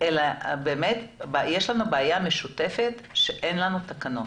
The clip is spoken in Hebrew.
אבל יש לנו בעיה משותפת שאין לנו תקנות.